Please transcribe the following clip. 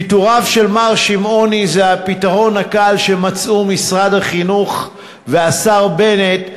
פיטוריו של מר שמעוני הם הפתרון הקל שמצאו משרד החינוך והשר בנט,